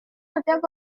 setiap